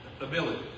ability